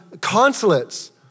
consulates